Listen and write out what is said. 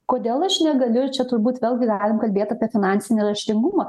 kodėl aš negaliu ir čia turbūt vėlgi galim kalbėt apie finansinį raštingumą